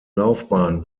laufbahn